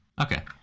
okay